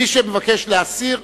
מי שמבקש להסיר,